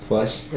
First